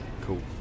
cool